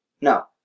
No